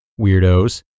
weirdos